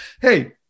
Hey